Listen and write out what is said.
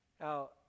Now